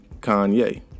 Kanye